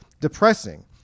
depressing